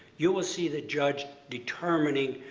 you will see the judge determining,